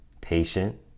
patient